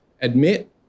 Admit